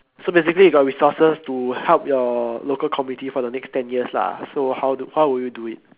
so basically you got resources to help your local community for the next ten years lah so how do what would you do it